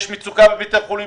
יש מצוקה בבתי החולים,